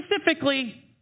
specifically